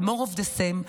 על more of the same,